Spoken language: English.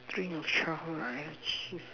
dream of childhood I achieve